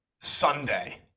Sunday